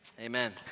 Amen